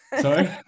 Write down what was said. sorry